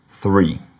three